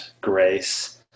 grace